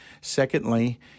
Secondly